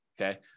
okay